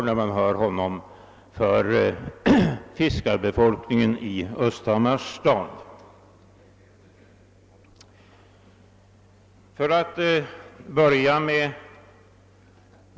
När man hör herr Lundberg tala, skulle man lätt kunna tro att så är fallet.